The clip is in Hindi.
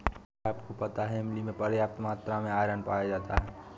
क्या आपको पता है इमली में पर्याप्त मात्रा में आयरन पाया जाता है?